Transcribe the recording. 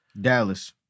Dallas